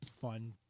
fun